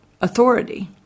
authority